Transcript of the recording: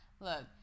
look